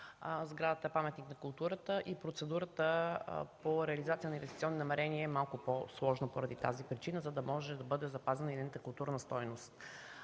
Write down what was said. сградата е паметник на културата и процедурата по реализация на инвестиционни намерения е малко по-сложна, поради тази причина, за да бъде запазена и нейната културна стойност.